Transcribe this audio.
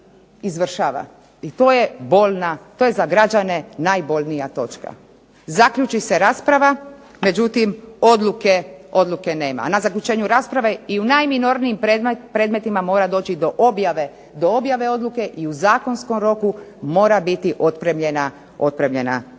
se ne izvršava i to je za građane najbolnija točka. Zaključi se rasprava, međutim, odluke nema, a na zaključenju rasprave i u najminornijim predmetima mora doći do objave odluke i u zakonskom roku mora biti otpremljena